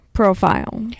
profile